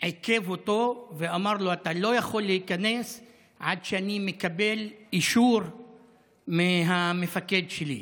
עיכב אותו ואמר לו: אתה לא יכול להיכנס עד שאני מקבל אישור מהמפקד שלי.